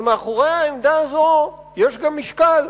ומאחורי העמדה הזאת יש גם משקל,